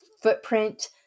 footprint